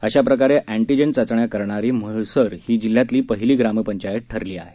अशा प्रकारे antigen test करणारी म्हळसर ही जिल्ह्यातली पहिली ग्रामपंचायत ठरली आहे